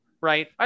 Right